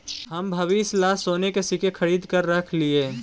हम भविष्य ला सोने के सिक्के खरीद कर रख लिए